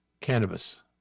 cannabis